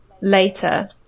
later